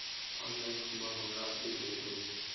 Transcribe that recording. Online म हमला bill कइसे मिलही?